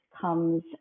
comes